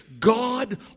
God